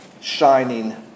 shining